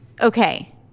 Okay